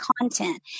content